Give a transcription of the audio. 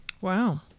Wow